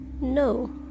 No